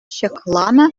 ҫакланнӑ